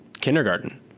kindergarten